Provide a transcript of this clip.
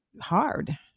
hard